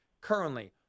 currently